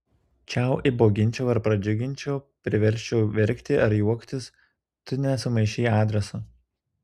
čiau įbauginčiau ar pradžiuginčiau priversčiau verkti ar juoktis tu ne sumaišei adreso